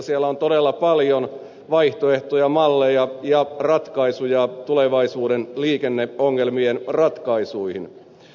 siellä on todella paljon vaihtoehtoja malleja ja ratkaisuja tulevaisuuden liikenneongelmien ratkaisuiksi